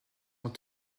vont